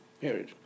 period